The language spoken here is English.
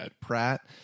Pratt